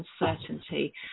uncertainty